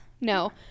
No